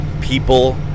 People